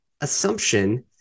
assumption